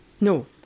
No